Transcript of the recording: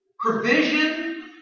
Provision